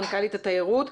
מנכ"לית התיירות.